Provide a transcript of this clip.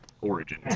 origin